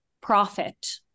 profit